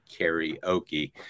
karaoke